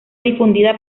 difundida